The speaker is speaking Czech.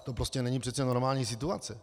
To prostě není přece normální situace!